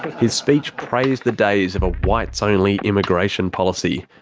his speech praised the days of a whites only immigration policy,